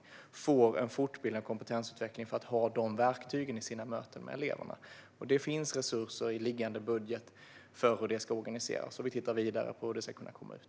Det är viktigt att de får fortbildning och kompetensutveckling för att ha de verktygen i sina möten med eleverna. Det finns resurser i liggande budget för hur detta ska organiseras. Vi tittar vidare på hur det ska kunna komma ut.